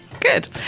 Good